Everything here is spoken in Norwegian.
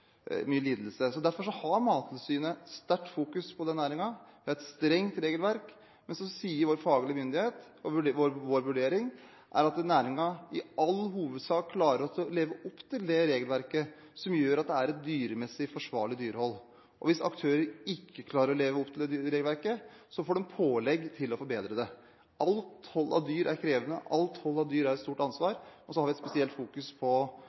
lidelse. Derfor fokuserer Mattilsynet sterkt på denne næringen. Det er et strengt regelverk. Men så sier vår faglige myndighet – og vår vurdering er – at næringen i all hovedsak klarer å leve opp til det regelverket, noe som gjør at det er et forsvarlig dyrehold. Hvis aktører ikke klarer å leve opp til det regelverket, får de pålegg om å forbedre det. Alt hold av dyr er krevende og et stort ansvar, og så fokuserer vi spesielt på å følge opp forholdene i norsk pelsdyrnæring, og forholdene er